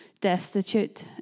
destitute